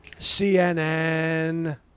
CNN